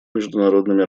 международными